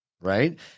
right